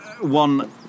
One